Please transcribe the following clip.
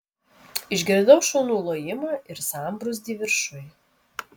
išgirdau šunų lojimą ir sambrūzdį viršuj